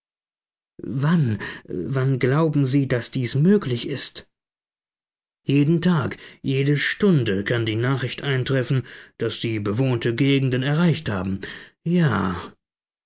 wann wann glauben sie daß dies möglich ist jeden tag jede stunde kann die nachricht eintreffen daß sie bewohnte gegenden erreicht haben ja